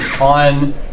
on